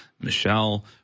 Michelle